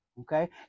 Okay